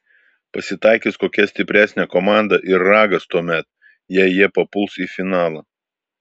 pasitaikys kokia stipresnė komanda ir ragas tuomet jei jie papuls į finalą